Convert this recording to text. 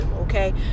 okay